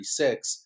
1936